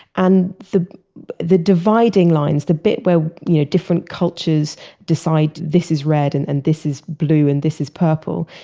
and the the dividing lines, the bit where you know different cultures decide, this is red, and and this is blue, and this is purple,